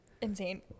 insane